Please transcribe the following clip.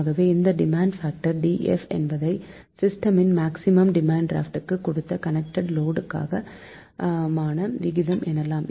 ஆக இந்த demand factor DF என்பதை சிஸ்டமின் மேக்சிமம் டிமாண்ட் கும் மொத்த கனெக்டட் லோடு க்கும் மான விகிதம் எனலாம்